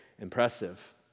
impressive